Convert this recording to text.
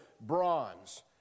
bronze